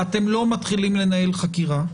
אתם לא מתחילים לנהל חקירה,